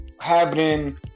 happening